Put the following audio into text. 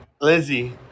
Lizzie